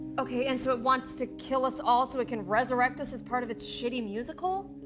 okay, and so it wants to kill us all so it can resurrect us as part of its shitty musical?